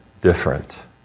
different